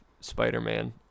Spider-Man